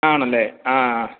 ആണല്ലേ ആ